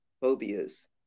phobias